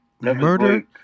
murder